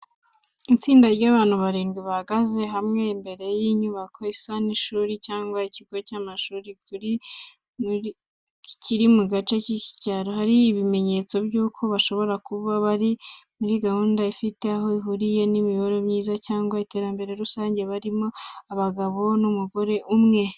Itsinda ry’abantu barindwi bahagaze hamwe, imbere y’inyubako isa n’ishuri cyangwa ikigo cy’amashuri kiri mu gace k’icyaro. Hari ibimenyetso by’uko bashobora kuba bari muri gahunda ifite aho ihuriye n’imibereho myiza cyangwa iterambere rusange, barimo abagabo n'umugore umwe.